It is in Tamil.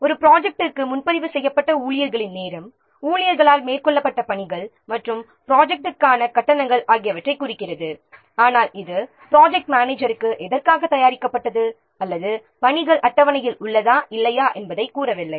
ஒரு ப்ரொஜெக்ட்டிற்கு முன்பதிவு செய்யப்பட்ட ஊழியர்களின் நேரம் ஊழியர்களால் மேற்கொள்ளப்பட்ட பணிகள் மற்றும் ப்ரொஜெக்ட்டிக்கான கட்டணங்கள் ஆகியவற்றைக் குறிக்கிறது ஆனால் இது ப்ராஜெக்ட் மேனேஜருக்கு எதற்காக தயாரிக்கப்பட்டது அல்லது பணிகள் அட்டவணையில் உள்ளதா இல்லையா என்பதைக் கூறவில்லை